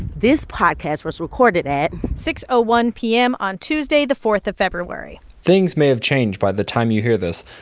this podcast was recorded at. six ah one p m. on tuesday, the four of february things may have changed by the time you hear this,